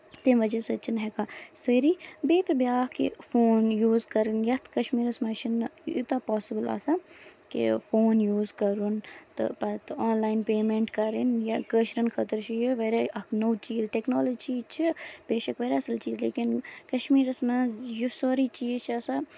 تَمہِ وجہہ سۭتۍ چھِ نہٕ ہٮ۪کان سٲری بیٚیہِ تہٕ بیاکھ یہِ فون یوٗز کَرُن یَتھ کَشمیٖرَس منٛز چھُ نہٕ ٖیوٗتاہ پاسِبٕل آسان کہِ فون یوٗز کَرُن تہٕ پَتہٕ آن لاین پے میٚنٹ کَرٕنۍ یا کٲشِرین خٲطرٕ چھُ یہِ واریاہ اکھ نوٚو چیٖز ٹیکنولجی چھِ بیشک واریاہ اَصٕل چیٖز لیکِن کٔشمیٖرس منٛز یہِ سورُے چیٖز چھُ آسان